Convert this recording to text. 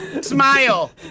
smile